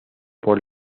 por